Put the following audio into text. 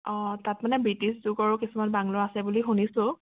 অ' তাত মানে ব্ৰিটিছ যুগৰো কিছুমান বাংলো আছে বুলি শুনিছোঁ